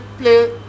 play